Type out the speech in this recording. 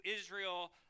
Israel